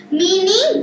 meaning